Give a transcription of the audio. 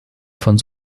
von